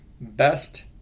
best